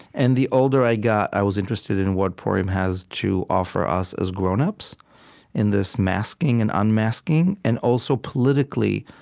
and the older i got, i was interested in what purim has to offer us as grownups in this masking and unmasking. unmasking. and also, politically,